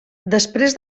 després